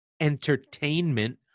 entertainment